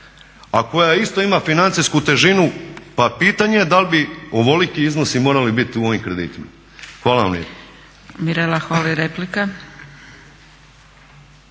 koja isto ima financijsku težinu pa pitanje je dal bi ovoliki iznosi morali biti u ovim kreditima? Hvala vam lijepa.